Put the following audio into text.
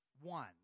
One